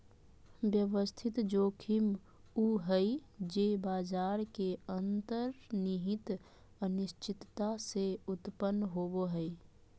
व्यवस्थित जोखिम उ हइ जे बाजार के अंतर्निहित अनिश्चितता से उत्पन्न होवो हइ